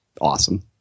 awesome